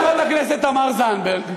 בניגוד לחברת הכנסת תמר זנדברג,